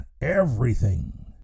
everything